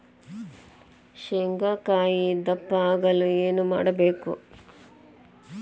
ಶೇಂಗಾಕಾಯಿ ದಪ್ಪ ಆಗಲು ಏನು ಮಾಡಬೇಕು?